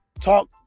talk